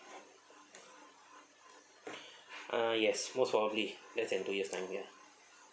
uh yes most probably less than two years' time ya